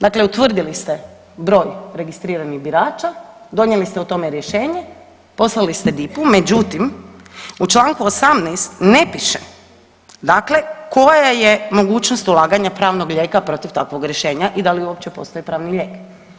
Dakle, utvrdili ste broj registriranih birača, donijeli ste o tome rješenje, poslali ste DIP-u, međutim u Članku 18. ne piše dakle koja je mogućnost ulaganja pravnog lijeka protiv takvog rješenja i da li uopće postoji pravni lijek.